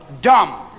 Dumb